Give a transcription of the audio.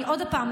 עוד פעם,